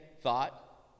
thought